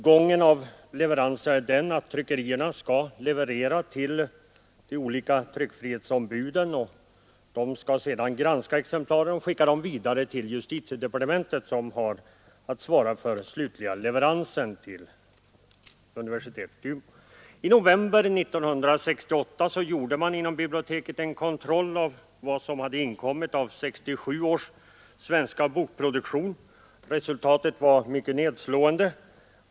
Gången vid leveranser är den att tryckerierna levererar till de olika tryckfrihetsombuden. Dessa skall granska exemplaren och skicka dem vidare till justitiedepartementet, som har att svara för den slutliga leveransen till universitetet i Umeå. I november 1968 gjorde man inom biblioteket en kontroll av vad som inkommit av 1967 års svenska bokproduktion. Resultatet var mycket nedslående.